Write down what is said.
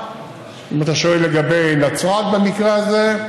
אם אתה שואל לגבי נצרת, חצי שעה, במקרה הזה,